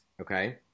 okay